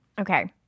Okay